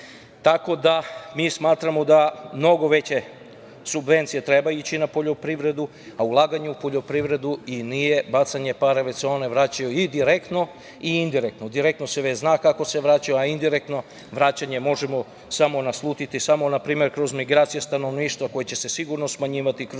smatramo da mnogo veće subvencije treba ići na poljoprivredu, a ulaganje u poljoprivredu i nije bacanje para, već se ne vraćaju i direktno i indirektno. Direktno se već zna kako se vraćaju, a indirektno vraćanje možemo samo naslutiti, samo na primeru kroz migracije stanovništva koji će se sigurno smanjivati i kroz povećanje